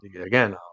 Again